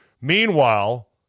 Meanwhile